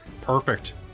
Perfect